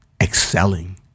excelling